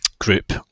group